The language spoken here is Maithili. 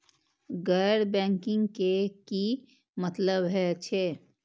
गैर बैंकिंग के की मतलब हे छे?